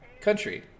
country